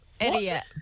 Idiot